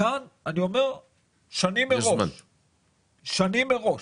כאן מדובר בשנים מראש.